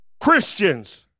Christians